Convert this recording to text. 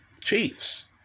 Chiefs